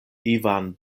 ivan